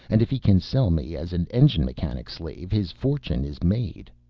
and if he can sell me as an engine-mechanic slave his fortune is made.